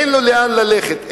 אין לו לאן ללכת,